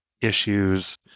issues